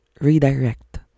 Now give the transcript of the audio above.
redirect